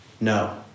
No